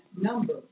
number